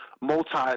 multi